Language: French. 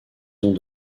ont